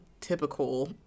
typical